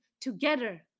together